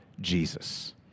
Jesus